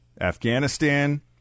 Afghanistan